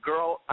girl